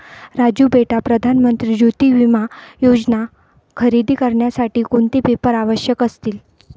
राजू बेटा प्रधान मंत्री ज्योती विमा योजना खरेदी करण्यासाठी कोणते पेपर आवश्यक असतील?